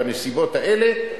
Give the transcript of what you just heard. בנסיבות האלה,